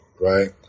Right